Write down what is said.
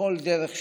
בכל דרך שהיא.